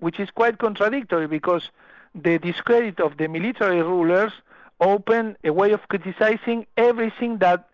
which is quite contradictory, because the discredit of the military rulers opened a way of criticising everything that